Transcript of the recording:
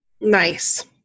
Nice